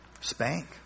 Spank